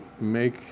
make